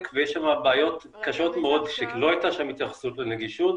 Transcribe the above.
ויש שם בעיות קשות מאוד שלא הייתה שם התייחסות לנגישות,